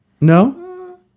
No